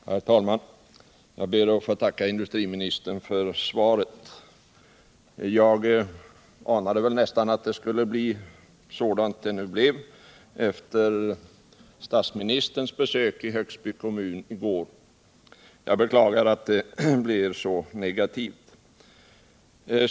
Herr talman! Jag ber att få tacka industriministern för svaret. Efter statsministerns besök i Högsby kommun i går anade jag nästan att svaret skulle bli sådant det nu blev. Jag beklagar att det blev så negativt.